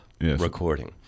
recording